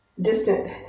distant